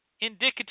indicative